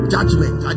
Judgment